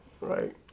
Right